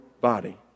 body